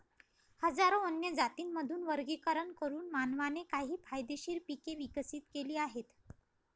हजारो वन्य जातींमधून वर्गीकरण करून मानवाने काही फायदेशीर पिके विकसित केली आहेत